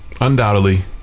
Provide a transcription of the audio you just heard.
undoubtedly